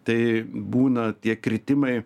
tai būna tie kritimai